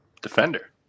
Defender